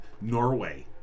Norway